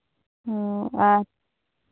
ᱟᱨ